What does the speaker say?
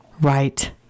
Right